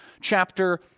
chapter